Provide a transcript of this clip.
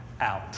out